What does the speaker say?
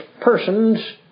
persons